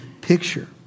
picture